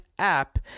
app